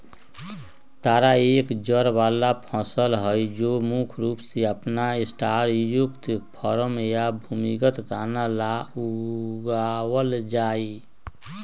तारा एक जड़ वाला फसल हई जो मुख्य रूप से अपन स्टार्चयुक्त कॉर्म या भूमिगत तना ला उगावल जाहई